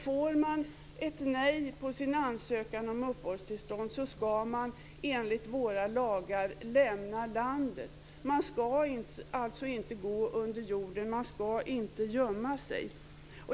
Får man ett nej på sin ansökan om uppehållstillstånd skall man enligt våra lagar lämna landet. Man skall alltså inte gå under jorden. Man skall inte gömma sig.